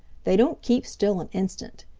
they don't keep still an instant.